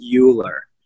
euler